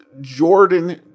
Jordan